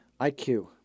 IQ